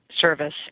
service